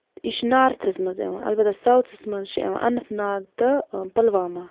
یہِ چھِ نارتھَس منٛز یِوان اَلبتہ ساوتھَس منٛز چھِ یِوان اَننت ناگ تہٕ پُلوامہ